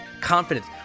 confidence